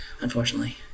unfortunately